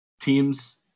teams